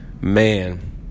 man